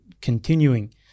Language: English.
continuing